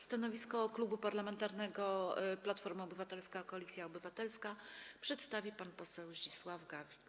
Stanowisko Klubu Parlamentarnego Platforma Obywatelska - Koalicja Obywatelska przedstawi pan poseł Zdzisław Gawlik.